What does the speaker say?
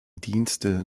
dienste